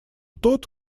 тот